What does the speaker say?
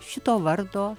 šito vardo